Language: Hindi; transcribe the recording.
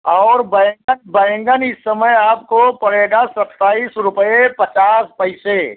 और बैंगन बैंगन इस समय आपको पड़ेगा सत्ताइस रुपये पचास पइसे